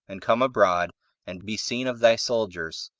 and come abroad and be seen of thy soldiers,